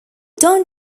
done